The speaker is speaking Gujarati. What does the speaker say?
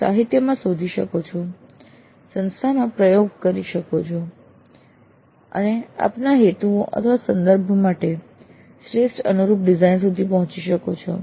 આપ સાહિત્યમાં શોધી શકો છો સંસ્થામાં પ્રયોગ કરી શકો છો અને આપના હેતુઓસંદર્ભ માટે શ્રેષ્ઠ અનુરૂપ ડિઝાઇન સુધી પહોંચી શકો છો